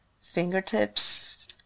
fingertips